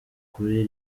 kuri